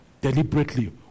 deliberately